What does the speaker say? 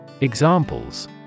Examples